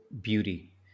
beauty